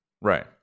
Right